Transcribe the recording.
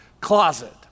closet